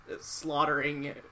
slaughtering